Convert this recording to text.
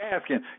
asking